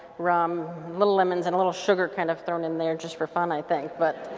rum, little lemons and little sugar kind of thrown in there just for fun i think but